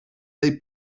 they